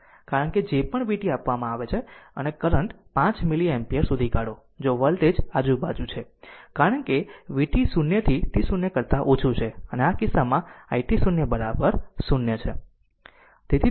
કારણ કે જે પણ vt આપવામાં આવે છે અને કરંટ 5 મિલી એમ્પીયર શોધી કાઢો જો વોલ્ટેજ આજુ બાજુ છે કારણ કે vt 0 થી t 0 કરતા ઓછું છે તેથી આ કિસ્સામાં i t 0 0